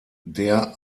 der